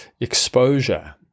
exposure